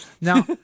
Now